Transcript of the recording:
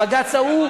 הבג"ץ ההוא,